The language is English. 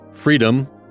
Freedom